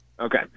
Okay